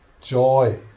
joy